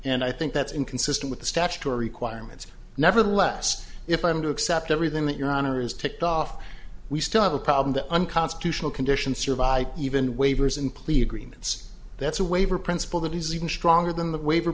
and i think that's inconsistent with the statutory quire means nevertheless if i am to accept everything that your honor is ticked off we still have a problem that unconstitutional conditions survive even waivers in plea agreements that's a waiver principle that is even stronger than the waiver